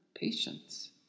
Patience